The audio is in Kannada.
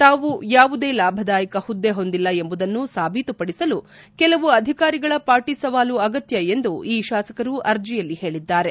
ತಾವು ಯಾವುದೇ ಲಾಭದಾಯಕ ಹುದ್ದೆ ಹೊಂದಿಲ್ಲ ಎಂಬುದನ್ನು ಸಾಬೀತುಪಡಿಸಲು ಕೆಲವು ಅಧಿಕಾರಿಗಳ ಪಾಟೀ ಸವಾಲು ಅಗತ್ಯ ಎಂದು ಈ ಶಾಸಕರು ಅರ್ಜಿಯಲ್ಲಿ ಹೇಳಿದ್ದಾರೆ